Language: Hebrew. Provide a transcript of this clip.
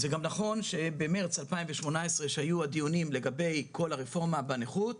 זה גם נכון שבמרץ 2018 כשהיו הדיונים לגבי כל הרפורמה בנכות,